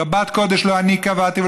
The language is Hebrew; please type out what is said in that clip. שבת קודש לא אני קבעתי,